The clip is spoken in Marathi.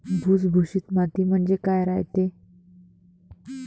भुसभुशीत माती म्हणजे काय रायते?